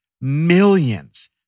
millions